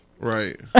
Right